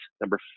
Number